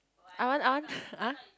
I want I want !huh!